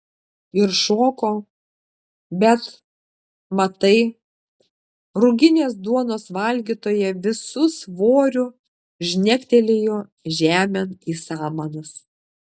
ir šoko bet matai ruginės duonos valgytoja visu svoriu žnegtelėjo žemėn į samanas